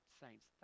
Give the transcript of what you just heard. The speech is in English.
saints